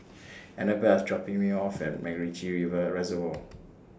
Anabel IS dropping Me off At Macritchie Reservoir